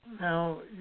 Now